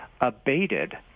abated